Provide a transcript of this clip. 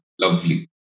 lovely